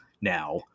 now